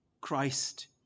Christ